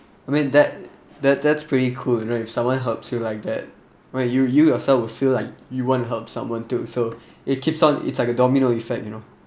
I mean that that that's pretty cool you know if someone helps you like that where you yourself will feel like you want help someone too so it keeps on its like a domino effect you know